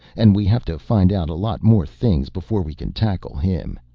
and we have to find out a lot more things before we can tackle him.